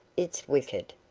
it's wicked!